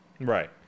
Right